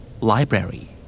Library